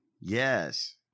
Yes